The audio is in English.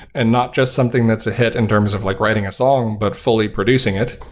and not just something that's a hit in terms of like writing a song, but fully producing it.